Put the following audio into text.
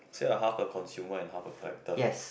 say like a half a consumer and half a collector